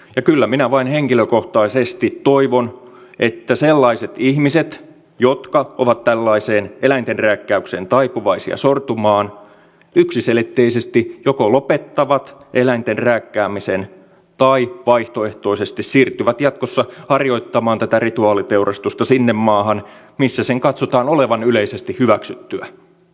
ja kyllä minä vain henkilökohtaisesti toivon että sellaiset ihmiset jotka ovat tällaiseen eläintenrääkkäykseen taipuvaisia sortumaan yksiselitteisesti joko lopettavat eläinten rääkkäämisen tai vaihtoehtoisesti siirtyvät jatkossa harjoittamaan tätä rituaaliteurastusta siihen maahan missä sen katsotaan olevan yleisesti hyväksyttyä